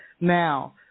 Now